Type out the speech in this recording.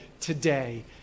today